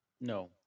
No